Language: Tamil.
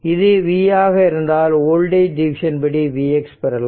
இது v ஆக இருந்தால் வோல்டேஜ் டிவிஷன் படி Vx பெறலாம்